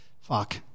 fuck